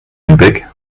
lübeck